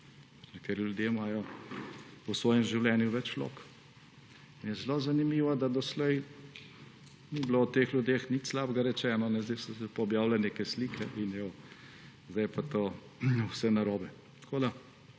ljudje imajo v svojem življenju več vlog. In zelo zanimivo, da doslej ni bilo o teh ljudeh nič slabega rečeno. Zdaj so se pa objavile neke slike in, evo, zdaj je pa to vse narobe. Mi smo